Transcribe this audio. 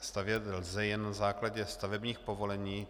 Stavět lze jen na základě stavebních povolení.